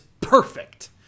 perfect